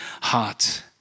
heart